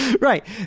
Right